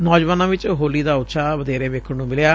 ਨੌਜੁਆਨਾਂ ਵਿਚ ਹੋਲੀ ਦਾ ਉਤਸ਼ਾਹ ਵਧੇਰੇ ਵੇਖਣ ਨੂੰ ਮਿਲਿਆ